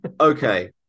okay